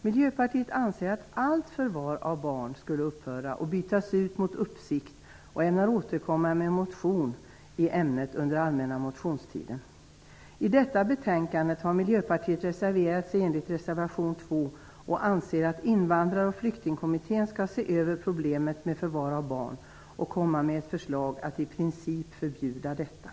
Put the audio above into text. Miljöpartiet de gröna anser att allt förvar av barn skulle upphöra för att ändras till att de ställs under uppsikt. Vi i Miljöpartiet ämnar återkomma med en motion i ämnet under den allmänna motionstiden. I detta betänkande har Miljöpartiet reserverat sig enligt reservation 2 och anser att invandrar och flyktingkommittén skall se över problemet med förvar av barn för att komma med ett förslag om att i princip förbjuda detta.